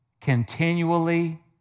continually